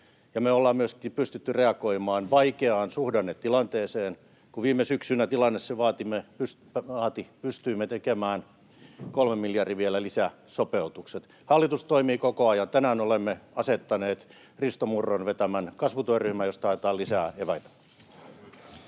me ollaan myöskin pystytty reagoimaan vaikeaan suhdannetilanteeseen. Kun viime syksynä tilanne vaati, pystyimme tekemään vielä kolmen miljardin lisäsopeutukset. Hallitus toimii koko ajan. Tänään olemme asettaneet Risto Murron vetämän kasvutyöryhmän, josta haetaan lisää eväitä.